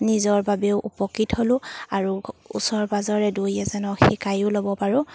নিজৰ বাবেও উপকৃত হ'লোঁ আৰু ওচৰ পাজৰে দুই এজনক শিকায়ো ল'ব পাৰোঁ